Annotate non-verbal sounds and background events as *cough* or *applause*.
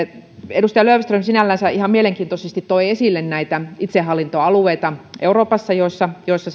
edustaja löfström sinällänsä ihan mielenkiintoisesti toi esille näitä itsehallintoalueita euroopassa joissa joissa *unintelligible*